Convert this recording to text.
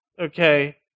okay